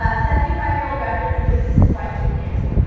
um seventy five year old veteran loses his wife to cancer.